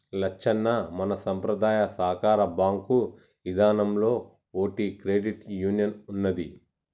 లచ్చన్న మన సంపద్రాయ సాకార బాంకు ఇదానంలో ఓటి క్రెడిట్ యూనియన్ ఉన్నదీ